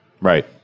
Right